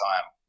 time